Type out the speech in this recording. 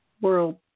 world